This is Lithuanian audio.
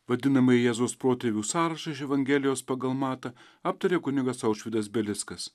vadinamąjį jėzus protėvių sąrašą iš evangelijos pagal matą aptarė kunigas aušvydas belickas